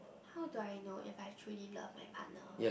how do I know if I true in love my partner